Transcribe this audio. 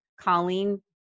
Colleen